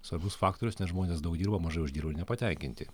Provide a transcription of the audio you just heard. svarbus faktorius nes žmonės daug dirba mažai uždirba nepatenkinti